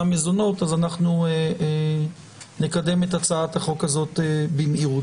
המזונות, אז נקדם את הצעת החוק הזאת במהירות.